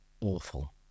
awful